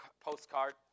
postcard